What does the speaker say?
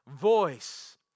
voice